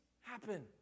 happen